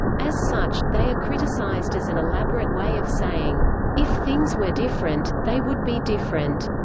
as such, they are criticized as an elaborate way of saying if things were different, they would be different,